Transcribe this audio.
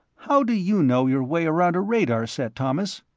how do you know your way around a radar set, thomas?